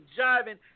jiving